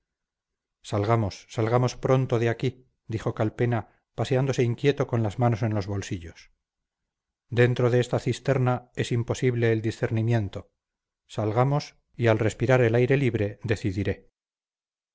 salgamos salgamos pronto de aquí dijo calpena paseándose inquieto con las manos en los bolsillos dentro de esta cisterna es imposible el discernimiento salgamos y al respirar el aire libre decidiré